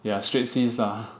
ya straight C's lah